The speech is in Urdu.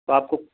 تو آپ کو